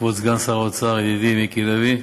כבוד סגן שר האוצר, ידידי מיקי לוי,